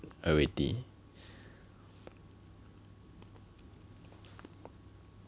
already